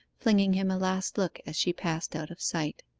flinging him a last look as she passed out of sight.